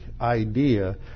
idea